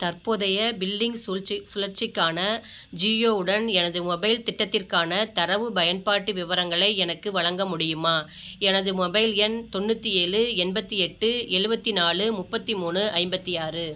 தற்போதைய பில்லிங் சூல்ச்சி சுழற்சிக்கான ஜியோ உடன் எனது மொபைல் திட்டத்திற்கான தரவு பயன்பாட்டு விவரங்களை எனக்கு வழங்க முடியுமா எனது மொபைல் எண் தொண்ணூற்றி ஏழு எண்பத்தி எட்டு எழுவத்தி நாலு முப்பத்தி மூணு ஐம்பத்தி ஆறு